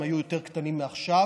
הם היו יותר קטנים מעכשיו,